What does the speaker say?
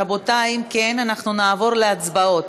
רבותי, אם כן, אנחנו נעבור להצבעות.